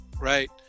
right